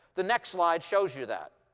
the next slide shows you that.